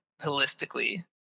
holistically